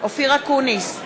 אופיר אקוניס,